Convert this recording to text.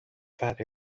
fat